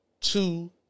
Two